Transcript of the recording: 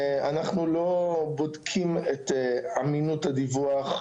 אנחנו לא בודקים את אמינות הדיווח,